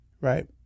right